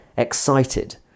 excited